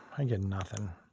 i get nothing.